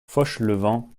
fauchelevent